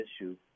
issue